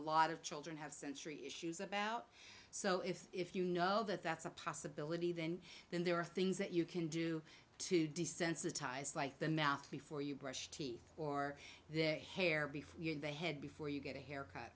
lot of children have sensory issues about so if if you know that that's a possibility then then there are things that you can do to desensitize like the mouth before you brush teeth or their hair before they head before you get a haircut